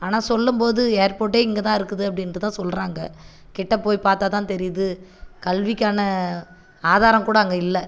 ஆனால் சொல்லும் போது ஏர்போர்ட்டே இங்க போதுதான் இருக்குது அப்படின்ட்டு தான் சொல்லுறாங்க கிட்ட போய் பாத்தா தான் தெரியுது கல்விக்கான ஆதாரங்கூட அங்கே இல்லை